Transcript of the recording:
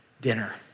dinner